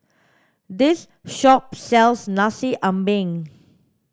this shop sells nasi ambeng